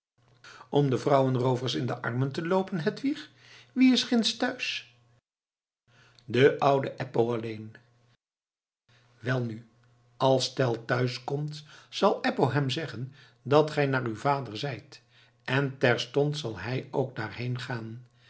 om de vrouwenroovers in de armen te loopen hedwig wie is ginds thuis de oude eppo alleen welnu als tell thuis komt zal eppo hem zeggen dat gij naar uw vader zijt en terstond zal hij ook daarheen gaan